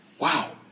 Wow